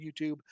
youtube